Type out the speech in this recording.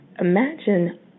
imagine